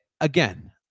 again